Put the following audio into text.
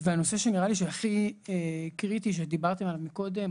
הנושא שנראה לי הכי קריטי שדיברתם עליו קודם,